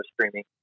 streaming